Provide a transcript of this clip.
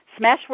Smashwords